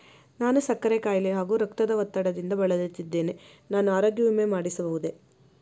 ನಾನು ಸಕ್ಕರೆ ಖಾಯಿಲೆ ಹಾಗೂ ರಕ್ತದ ಒತ್ತಡದಿಂದ ಬಳಲುತ್ತಿದ್ದೇನೆ ನಾನು ಆರೋಗ್ಯ ವಿಮೆ ಮಾಡಿಸಬಹುದೇ?